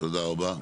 תודה רבה.